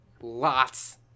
lots